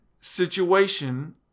situation